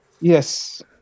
Yes